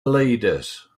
leaders